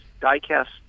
die-cast